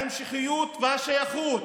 ההמשכיות והשייכות